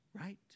right